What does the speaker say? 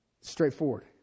Straightforward